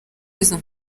izo